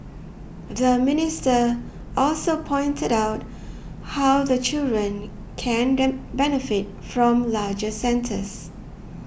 the minister also pointed out how the children can benefit from larger centres